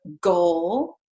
goal